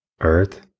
earth